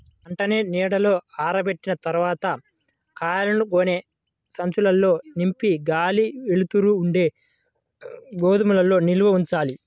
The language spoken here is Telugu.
పంటని నీడలో ఆరబెట్టిన తర్వాత కాయలను గోనె సంచుల్లో నింపి గాలి, వెలుతురు ఉండే గోదాముల్లో నిల్వ ఉంచాలి